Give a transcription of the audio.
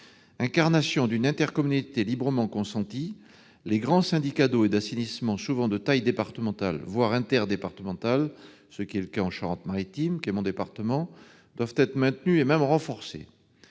Incarnation d'une intercommunalité librement consentie, les grands syndicats d'eau et d'assainissement, souvent de taille départementale, voire interdépartementale, comme c'est le cas dans mon département de la Charente-Maritime, doivent être maintenus et même renforcés.